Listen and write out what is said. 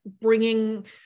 bringing